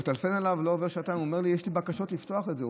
הוא מטלפן אליו ואומר לו: יש לי בקשות לפתוח את זה.